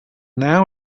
now